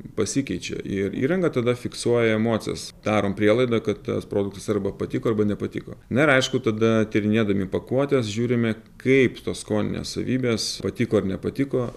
pasikeičia ir įranga tada fiksuoja emocijas darom prielaidą kad tas produktas arba patiko arba nepatiko na ir aišku tada tyrinėdami pakuotes žiūrime kaip tos skoninės savybės patiko ar nepatiko